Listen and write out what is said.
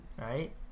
right